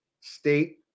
state